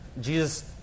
Jesus